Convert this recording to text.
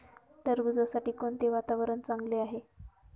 टरबूजासाठी कोणते वातावरण चांगले आहे?